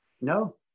No